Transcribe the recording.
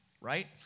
right